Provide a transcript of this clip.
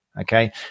Okay